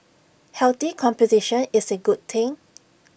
healthy competition is A good thing